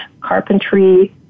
carpentry